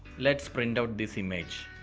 let's print out this image.